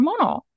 hormonal